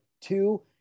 two